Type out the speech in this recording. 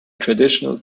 traditional